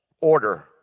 order